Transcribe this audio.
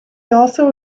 also